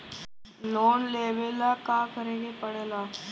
Loan लेबे ला का करे के पड़े ला?